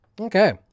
Okay